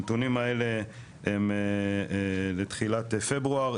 הנתונים האלה הם לתחילת פברואר,